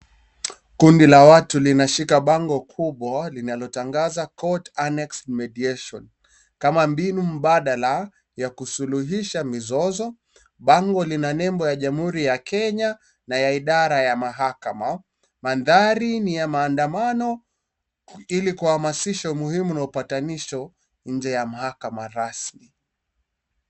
Kundi la watu linashika bango kubwa linalotangaza court annexed mediation kama mbinu mbadala ya kusuluhisha mizozo. Bango lina nembo ya jamhuri ya Kenya na ya idara ya mahakama. Mandhari ni ya maandamano ili kuhamasisha umuhimu na upatanisho nje ya mahakama rasmi.